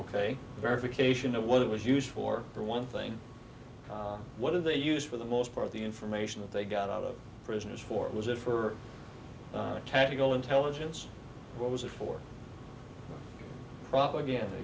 ok verification of what it was used for for one thing what are they used for the most part of the information that they got out of prisoners for it was it for tactical intelligence but was it for propaganda